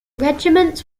regiments